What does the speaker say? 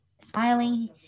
Smiling